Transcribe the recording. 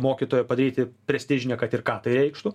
mokytojo padaryti prestižine kad ir ką tai reikštų